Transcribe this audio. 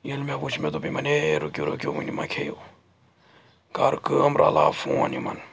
ییٚلہِ مےٚ وُچھ مےٚ دوٚپ یِمن ہیے ہیے رُکِو رُکِو وٕنہِ ما کھیٚیِو کَر کٲم رَلاو فون یِمَن